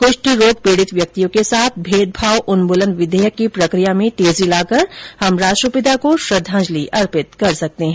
कृष्ठ रोग पीड़ित व्यक्तियों के साथ भेदभाव उन्मूलन विधेयक की प्रक्रिया में तेजी लाकर हम राष्ट्रपिता को श्रद्वांजलि अर्पित कर सकते हैं